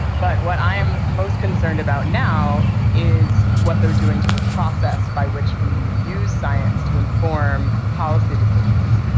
but what i'm most concerned about now is what they are doing to the process by which we use science to inform policy decisions.